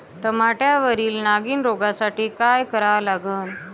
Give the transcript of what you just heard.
टमाट्यावरील नागीण रोगसाठी काय करा लागन?